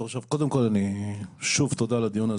קודם כול, שוב, תודה על הדיון הזה.